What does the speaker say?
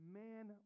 man